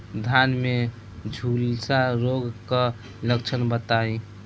धान में झुलसा रोग क लक्षण बताई?